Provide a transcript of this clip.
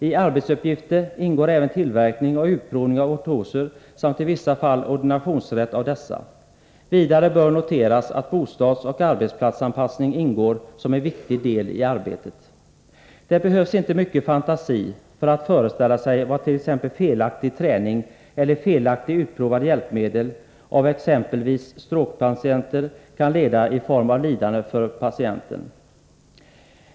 I arbetsuppgifterna ingår även tillverkning och utprovning av ortoser samt i visa fall ordinationsrätt beträffande dessa. Vidare bör noteras att bostadsoch arbetsplatsanpasssning ingår som en viktig del i arbetet. Det behövs inte mycket fantasi för att föreställa sig vad t.ex. felaktig träning eller felaktigt utprovade hjälpmedel för exempelvis stroke-patienter kan leda till i form av lidande för patienten.